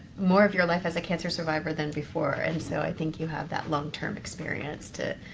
more of your life as a cancer survivor than before, and so i think you have that long-term experience to,